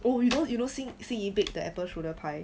oh you you know xin yi baked the apple strudel pie